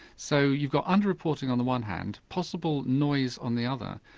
so you've got under reporting on the one hand, possible noise on the other,